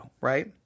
right